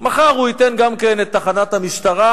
מחר הוא ייתן גם את תחנת המשטרה,